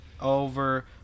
over